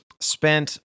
spent